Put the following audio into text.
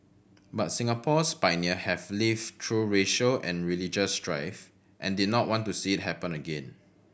but Singapore's pioneer have lived through racial and religious strife and did not want to see it happen again